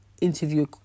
interview